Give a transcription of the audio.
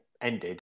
ended